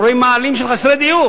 כולם, אנחנו רואים מאהלים של חסרי דיור.